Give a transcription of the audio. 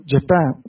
Japan